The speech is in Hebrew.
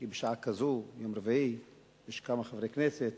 כי בשעה כזאת ביום רביעי יש כמה חברי כנסת